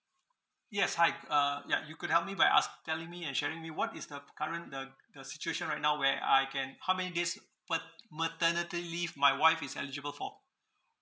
yes hi could uh ya you could help me by ask telling me and sharing me what is the p~ current the the situation right now where I can how many days mat~ maternity leave my wife is eligible for